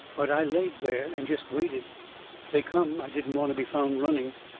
but i laid there, and jest waited. if they come, i didn't want to be found running.